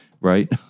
right